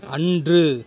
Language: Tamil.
அன்று